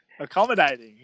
accommodating